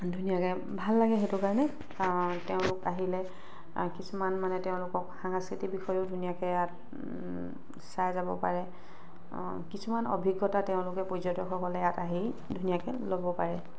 ধুনীয়কৈ ভাল লাগে সেইটো কাৰণে তেওঁলোক আহিলে কিছুমান মানে তেওঁলোকক সাংস্কৃতিৰ বিষয়েও ধুনীয়কৈ চাই যাব পাৰে কিছুমান অভিজ্ঞতা তেওঁলোকে পৰ্যটকসকলে ইয়াত আহি ধুনীয়াকৈ ল'ব পাৰে